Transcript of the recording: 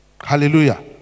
hallelujah